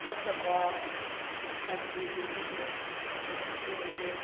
ꯐꯠꯇꯕ ꯍꯥꯏꯕꯗꯤ ꯗꯨꯕ꯭ꯂꯤꯀꯦꯠ ꯄꯣꯠꯁꯤꯡ ꯑꯗꯨꯁꯨ ꯑꯣꯏꯗꯦ